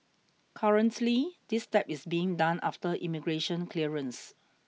currently this step is being done after immigration clearance